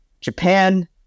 Japan